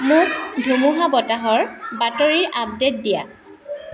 মোক ধুমুহা বতাহৰ বাতৰিৰ আপডেট দিয়া